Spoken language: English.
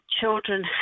children